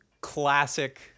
classic